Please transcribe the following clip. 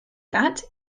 that